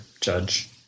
Judge